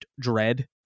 dread